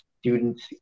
students